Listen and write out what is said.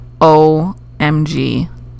OMG